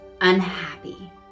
unhappy